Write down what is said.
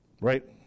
right